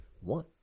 One